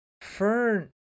Fern